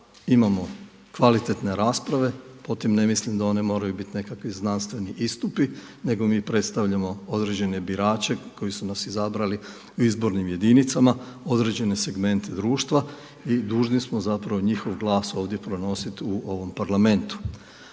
imamo kvalitetne rasprave. Pod time ne mislim da one moraju biti nekakvi znanstveni istupi nego mi predstavljamo određene birače koji su nas izabrali u izbornim jedinicama, određene segmente društva i dužni smo zapravo njihov glas ovdje pronositi u ovom Parlamentu.